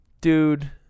Dude